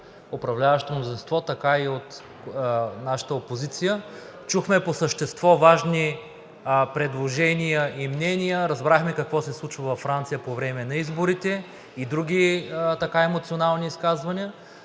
управляващото мнозинство, така и от нашата опозиция. Чухме по същество важни предложения и мнения, разбрахме какво се случва във Франция по време на изборите и други така емоционални изказвания.